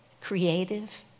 creative